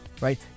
right